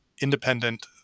independent